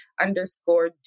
underscore